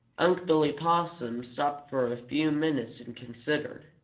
unc' billy possum stopped for a few minutes and considered.